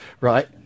right